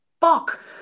Fuck